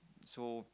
so